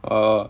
err